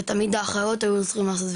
ותמיד האחיות היו צריכות לעשות את זה.